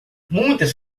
muitas